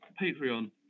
Patreon